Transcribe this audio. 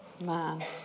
Man